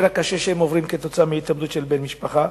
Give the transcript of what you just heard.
הקשה שהם עוברים כתוצאה מהתאבדות של בן משפחה.